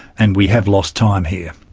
and we have lost time here.